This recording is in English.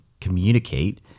communicate